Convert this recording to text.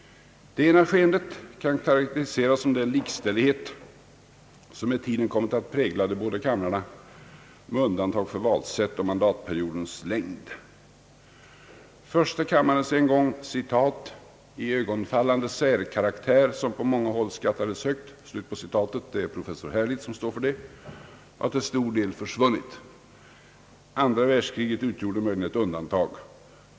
Det ena ske endet kan karakteriseras som den likställighet vilken med tiden kommit att prägla de båda kamrarna med undantag för valsättet och mandatperiodens längd. Första kammarens en gång »iögonfallande särkaraktär som på många håll skattades högt» — det är professor Herlitz som uttalat detta — har till stor del försvunnit. Debatterna under andra världskriget utgjorde möjligen ett undantag.